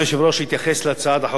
להתייחס להצעת החוק עצמה,